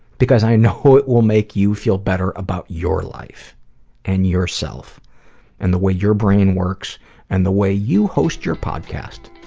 because i know it will make you feel better about your life and yourself and then way your brain works and the way you host your podcast.